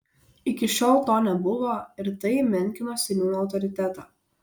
iki šiol to nebuvo ir tai menkino seniūno autoritetą